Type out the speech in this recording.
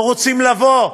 לא רוצים לבוא.